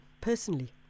personally